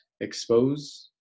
expose